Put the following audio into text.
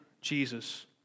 Jesus